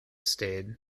stayed